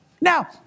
Now